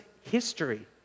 history